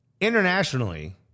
Internationally